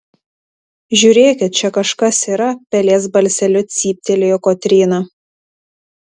žiūrėkit čia kažkas yra pelės balseliu cyptelėjo kotryna